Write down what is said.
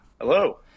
hello